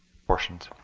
proportions.